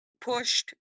pushed